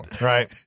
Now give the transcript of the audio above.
right